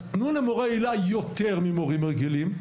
אז תנו למורי היל"ה יותר ממורים רגילים.